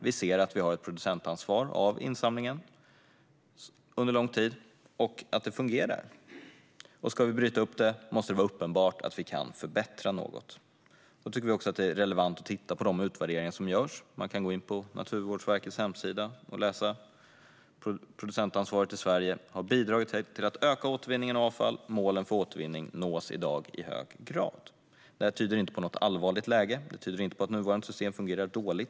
Vi har haft ett producentansvar för insamlingen under lång tid, och det fungerar. För att bryta upp detta måste det vara uppenbart att vi kan förbättra något. Vi tycker att det är relevant att titta på de utvärderingar som görs. Man kan gå in på Naturvårdsverkets hemsida och läsa följande: "Producentansvaren i Sverige har bidragit till att öka återvinningen av avfall. Målen för återvinning nås idag i hög grad." Detta tyder inte på ett allvarligt läge. Det tyder inte på att nuvarande system fungerar dåligt.